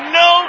no